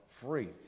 free